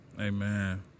Amen